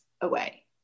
away